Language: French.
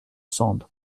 sand